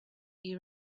you